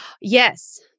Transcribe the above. Yes